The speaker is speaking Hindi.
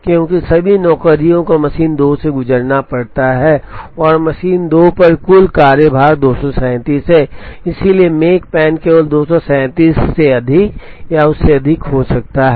क्योंकि सभी नौकरियों को मशीन 2 से गुजरना पड़ता है और मशीन 2 पर कुल कार्य भार 237 है इसलिए मेकपैन केवल 237 से अधिक या उससे अधिक हो सकता है